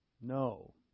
No